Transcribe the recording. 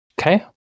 Okay